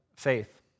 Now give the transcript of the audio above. faith